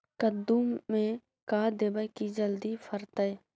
कददु मे का देबै की जल्दी फरतै?